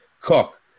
cook